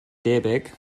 debyg